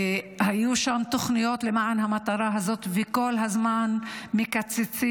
היו שם תוכניות למען המטרה הזאת, וכל הזמן מקצצים.